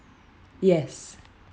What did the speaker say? yes